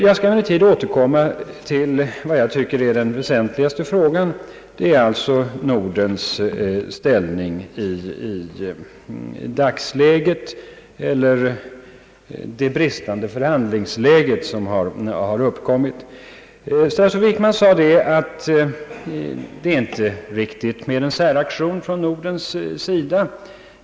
Jag skall emellertid återkomma till vad jag tycker är den väsentliga frågan, nämligen Nordens ställning i dagsläget som karaktäriseras av bristen på förhandlingar. Statsrådet Wickman framhöll att det inte är riktigt att genomföra en säraktion från Nordens sida.